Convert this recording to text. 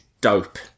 Dope